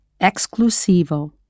Exclusivo